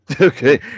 Okay